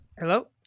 Hello